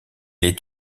est